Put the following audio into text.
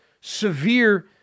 severe